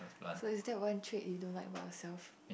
so is that one trait you don't like about yourself